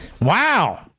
Wow